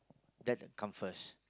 that come first